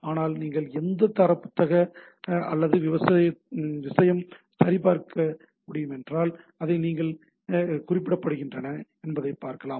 ஆனால் நீங்கள் எந்த தர புத்தக அல்லது விஷயம் சரிபார்க்க என்றால் எனவே நீங்கள் அது குறிப்பிடப்படுகின்றன என்பதை பார்க்கலாம்